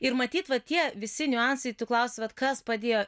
ir matyt va tie visi niuansai tu kalusi vat kas padėjo